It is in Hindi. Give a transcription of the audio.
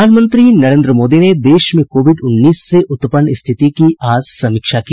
प्रधानमंत्री नरेंद्र मोदी ने देश में कोविड उन्नीस से उत्पन्न स्थिति की आज समीक्षा की